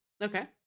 Okay